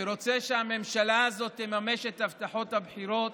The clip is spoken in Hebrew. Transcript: שרוצה שהממשלה הזאת תממש את הבטחות הבחירות